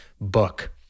book